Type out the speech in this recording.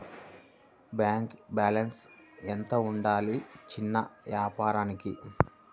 Bank balance ఎంత ఉండాలి చిన్న వ్యాపారానికి?